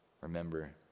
remember